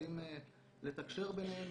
יודעים לתקשר ביניהם,